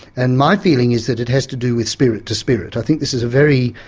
and my feeling is that it has to do with spirit-to-spirit. i think this is a very,